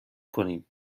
کنیم